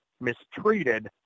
mistreated